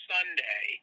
Sunday